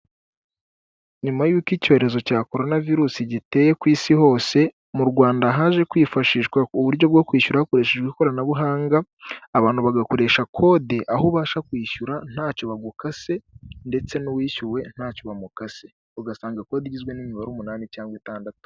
Nyuma y'uko icyorezo cya coronavirusi giteye ku isi hose, mu Rwanda haje kwifashishwa uburyo bwo kwishyura hakoreshejwe ikoranabuhanga, abantu bagakoresha kode aho ubasha kwishyura ntacyo bagukase ndetse n'uwishyuwe ntacyo bamukase, ugasanga kode igizwe n'imibare umunani cyangwa itandatu.